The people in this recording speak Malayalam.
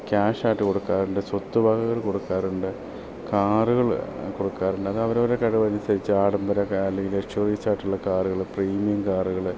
ക്യാഷായിട്ട് കൊടുക്കാറുണ്ട് സ്വത്ത് വകകൾ കൊടുക്കാറുണ്ട് കാറുകൾ കൊടുക്കാറുണ്ട് അത് അവർ അവരുടെ കഴിവ് അനുസരിച്ച് ആഡംബര അല്ലെങ്കിൽ ലെക്ഷ്വറീസായിട്ടുള്ള കാറുകൾ പ്രീമിയം കാറുകൾ